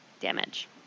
damage